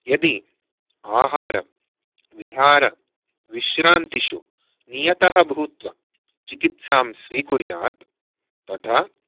यदि आहारविहारविश्रान्तिषु नियतः भूत्वा चिकित्सां स्वीकुर्यात् तदा